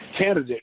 candidate